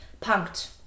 punked